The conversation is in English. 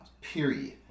period